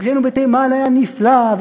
כשהיינו בתימן היה נפלא,